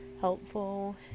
helpful